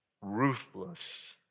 ruthless